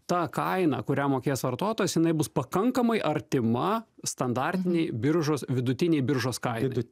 tą kainą kurią mokės vartotojas jinai bus pakankamai artima standartinei biržos vidutinei biržos kainai